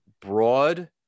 broad